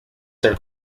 ser